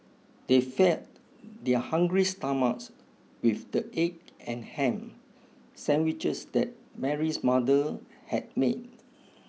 they fed their hungry stomachs with the egg and ham sandwiches that Mary's mother had made